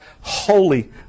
holy